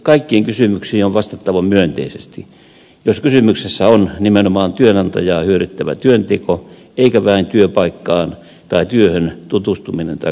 kaikkiin kysymyksiin on vastattava myönteisesti jos kysymyksessä on nimenomaan työnantajaa hyödyttävä työnteko eikä vain työpaikkaan tai työhön tutustuminen tai kouluttautuminen